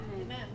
Amen